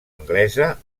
anglesa